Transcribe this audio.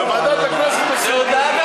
בוועדת הכנסת עושים דיון.